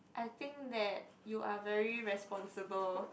I think that you are very responsible